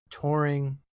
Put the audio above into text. touring